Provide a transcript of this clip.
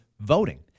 voting